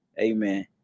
Amen